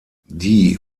die